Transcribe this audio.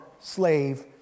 slave